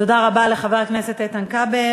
תודה רבה לחבר הכנסת איתן כבל.